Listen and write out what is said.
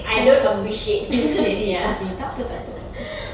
I don't appreciate ya